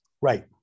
Right